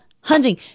hunting